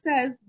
says